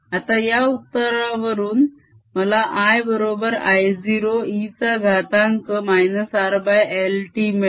आता या उत्तरावरून मला I बरोबर I0 e चा घातांक rLt मिळेल